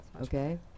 Okay